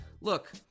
Look